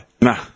Nah